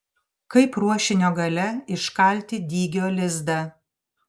kaip ruošinio gale iškalti dygio lizdą